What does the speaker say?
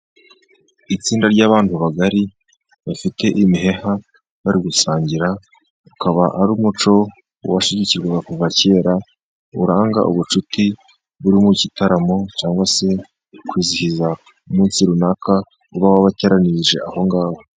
Itsinda ry'abantu bagari bafite imiheha, bari gusangira. Ukaba ari umuco washyigikirwaga kuva kera, uranga ubucuti buri mu gitaramo, cyangwa se kwizihiza umunsi runaka uba wabateranirije aho ngaho.